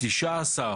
19